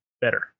better